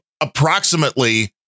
approximately